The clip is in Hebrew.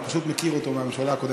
אני פשוט מכיר אותו מהממשלה הקודמת,